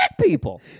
people